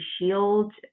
shield